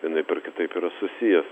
vienaip ar kitaip yra susijęs